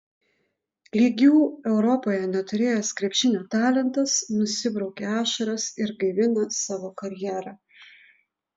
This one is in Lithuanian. lygių europoje neturėjęs krepšinio talentas nusibraukė ašaras ir gaivina savo karjerą